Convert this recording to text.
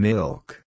Milk